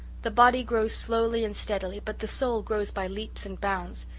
the body grows slowly and steadily, but the soul grows by leaps and bounds.